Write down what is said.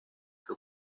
que